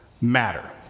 matter